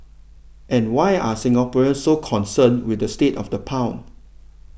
and why are Singaporeans so concerned with the state of the pound